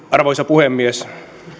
arvoisa puhemies